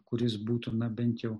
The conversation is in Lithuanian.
kuris būtų na bent jau